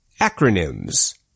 Acronyms